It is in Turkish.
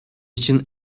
için